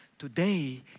Today